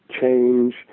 change